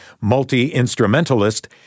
multi-instrumentalist